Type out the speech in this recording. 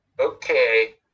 okay